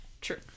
True